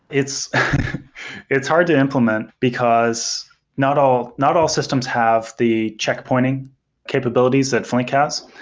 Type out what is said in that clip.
it's it's hard to implement because not all not all systems have the check pointing capabilities that flink has.